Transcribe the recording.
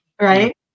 Right